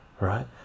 right